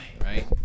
Right